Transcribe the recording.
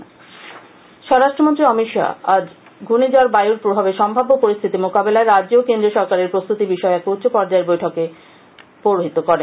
অমিত শাহ স্বরাষ্ট্রমন্ত্রী অমিত শাহ আজ ঘূর্ণিঝড় বায়ুর প্রভাবে সম্ভাব্য পরিস্থিতি মোকাবেলায় রাজ্য ও কেন্দ্রীয় সরকারের প্রস্তুতি বিষয়ে এক উষ্চ পর্যায়ের পর্যালোচনা বৈঠকে পৌরহিত্য করেন